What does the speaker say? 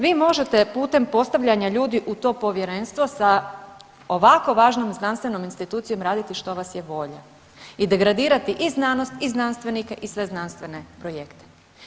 Vi možete putem postavljanja ljudi u to povjerenstvo sa ovako važnom znanstvenom institucijom radi što vas je volja i degradirati i znanost i znanstvenike i sve znanstvene projekte.